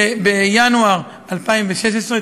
בינואר 2016,